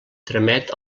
tramet